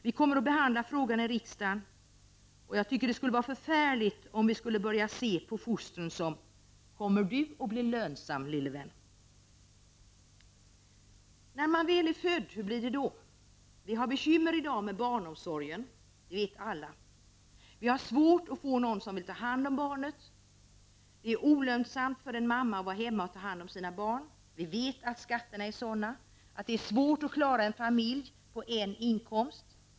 Vi kommer att behandla den frågan i riksdagen, och jag tycker att det skulle vara förfärligt om vi skulle börja se på fostren med frågan ”Kommer du att bli lönsam, lille vän?” i vår blick. När man väl är född, hur blir det då? Vi har bekymmer i dag med barnomsorgen, det vet alla. Vi har svårt att få någon som vill ta hand om barnet. Det är olönsamt för en mamma att vara hemma och ta hand om sitt barn. Vi vet att skatterna är sådana att det är svårt att klara en familj på en inkomst.